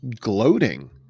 gloating